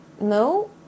No